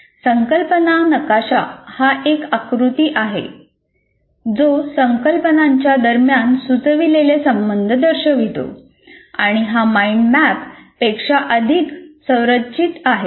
संकल्पना नकाशा हा एक आकृती आहे जो संकल्पनांच्या दरम्यान सुचविलेले संबंध दर्शवितो आणि हा माईंड मॅप पेक्षा अधिक संरचित आहे